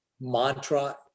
mantra